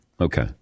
Okay